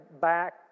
back